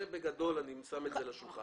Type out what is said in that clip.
זה בגדול אני שם על השולחן.